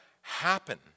happen